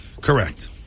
Correct